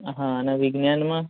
હા અને વિજ્ઞાનમાં